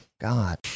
God